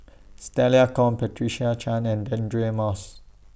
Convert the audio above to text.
Stella Kon Patricia Chan and Deirdre Moss